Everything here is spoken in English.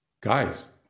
guys